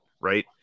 Right